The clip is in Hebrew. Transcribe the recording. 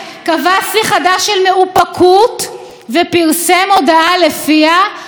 ידם פסק דין שהוא כל-כולו מצג של פייק-מציאות.